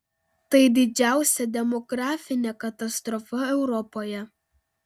tai didžiausia demografinė katastrofa europoje